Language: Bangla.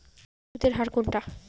সুদের হার কতটা?